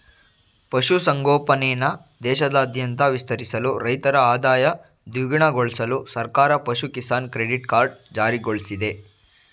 ಪಶು ಸಂಗೋಪನೆನ ದೇಶಾದ್ಯಂತ ವಿಸ್ತರಿಸಲು ರೈತರ ಆದಾಯ ದ್ವಿಗುಣಗೊಳ್ಸಲು ಸರ್ಕಾರ ಪಶು ಕಿಸಾನ್ ಕ್ರೆಡಿಟ್ ಕಾರ್ಡ್ ಜಾರಿಗೊಳ್ಸಿದೆ